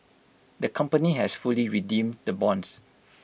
the company has fully redeemed the bonds